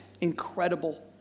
incredible